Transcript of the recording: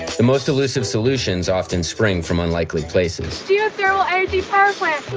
the most elusive solutions often spring from unlikely places. geothermal energy power plant!